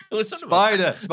spider